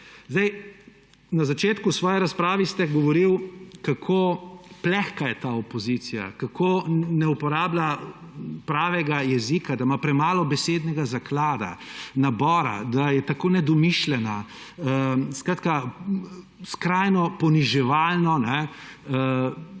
Na začetku v svoji razpravi ste govorili, kako plehka je ta opozicija, kako ne uporablja pravega jezika, da ima premalo besednega zaklada, nabora, da je tako nedomišljena; skratka, skrajno poniževalno.